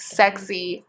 sexy